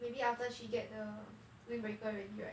saying maybe after she get the wind breaker already right then